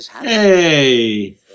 Hey